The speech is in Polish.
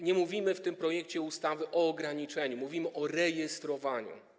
Nie mówimy w tym projekcie ustawy o ograniczeniu, mówimy o rejestrowaniu.